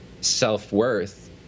self-worth